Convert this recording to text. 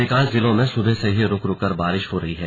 अधिकांश जिलों में सुबह से ही रुक रुक कर बारिश हो रही है